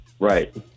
Right